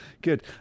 Good